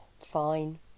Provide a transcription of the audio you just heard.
fine